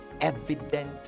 evident